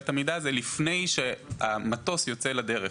את המידע הזה לפני שהמטוס יוצא לדרך.